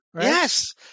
Yes